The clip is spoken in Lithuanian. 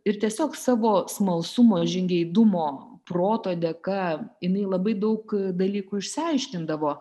ir tiesiog savo smalsumo žingeidumo proto dėka jinai labai daug dalykų išsiaiškindavo